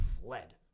fled